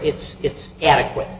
it's it's adequate